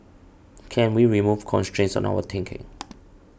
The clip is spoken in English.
can we remove constraints on our thinking